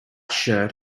shirt